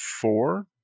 four